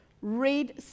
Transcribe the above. read